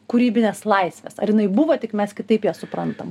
kūrybinės laisvės ar jinai buvo tik mes kitaip ją suprantam